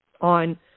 on